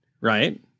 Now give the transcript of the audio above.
right